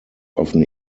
often